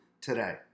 today